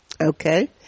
Okay